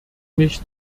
mich